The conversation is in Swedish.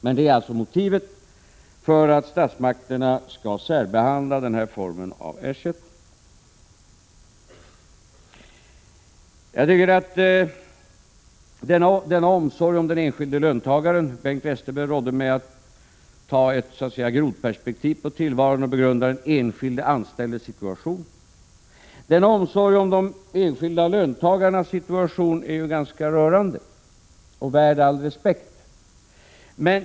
Men det är således motivet till att statsmakterna skall särbehandla denna form av ersättning. Bengt Westerberg rådde mig att se på tillvaron i ett grodperspektiv och begrunda den enskilde anställdes situation. Denna omsorg om de enskilda arbetstagarnas situation är ganska rörande och värd all respekt.